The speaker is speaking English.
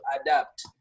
adapt